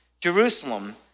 Jerusalem